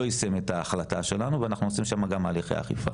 יישם את ההחלטה שלנו ואנחנו עושים גם הליכי אכיפה,